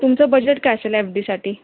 तुमचं बजेट काय असेल एफ डीसाठी